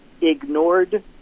ignored